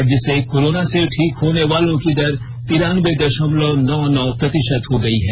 राज्य से कोरोना से ठीक होने वालों की दर तिरानबे दशमलव नौ नौ प्रतिशत हो गई है